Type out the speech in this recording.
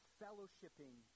fellowshipping